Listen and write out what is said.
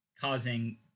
causing